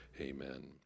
amen